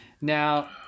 Now